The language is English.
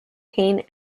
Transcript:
cane